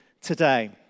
today